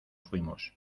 fuimos